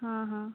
ହଁ ହଁ